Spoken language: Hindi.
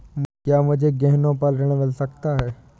क्या मुझे गहनों पर ऋण मिल सकता है?